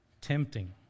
tempting